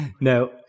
No